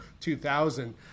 2000